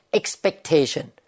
expectation